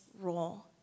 role